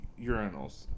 urinals